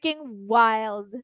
wild